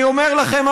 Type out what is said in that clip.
אני אומר לכם,